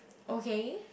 okay